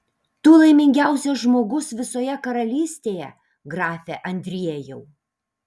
tu laimingiausias žmogus visoje karalystėje grafe andriejau